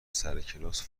سرکلاس